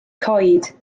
coed